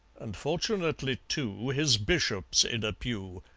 and fortunately, too, his bishop's in a pew.